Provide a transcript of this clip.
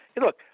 look